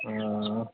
ᱚ